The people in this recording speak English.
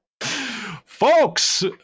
Folks